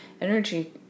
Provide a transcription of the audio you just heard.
energy